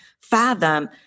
fathom